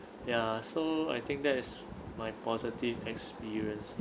ya so I think that is my positive experience